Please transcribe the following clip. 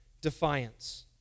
defiance